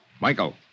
Michael